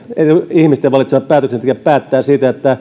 ihmisten valitsemat päätöksentekijät päättävät siitä